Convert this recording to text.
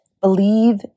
believe